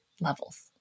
levels